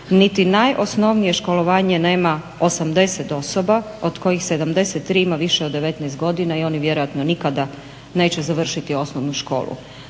Niti najosnovnije školovanje nema 80 osoba od kojih 73 ima više od 19 godina i oni vjerojatno nikada neće završiti osnovnu školu.